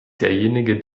derjenige